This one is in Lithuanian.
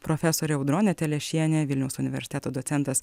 profesorę audronę telešienę vilniaus universiteto docentas